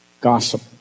Gossip